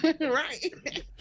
right